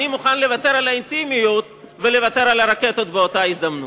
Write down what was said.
אני מוכן לוותר על האינטימיות ולוותר על הרקטות באותה הזדמנות.